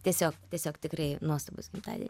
tiesiog tiesiog tikrai nuostabūs gimtadieniai